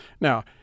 Now